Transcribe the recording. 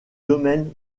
domaine